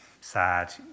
sad